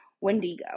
wendigo